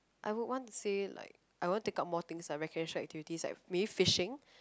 I would want to say like I want take up more things are recreation activities like fishing